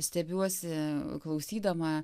stebiuosi klausydama